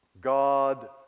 God